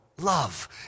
love